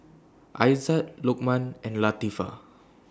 Aizat Lokman and Latifa